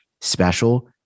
special